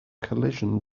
collision